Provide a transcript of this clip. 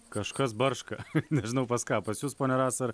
kažkas barška nežinau pas ką pas jus ponia rasa ar